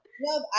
no